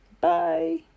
Bye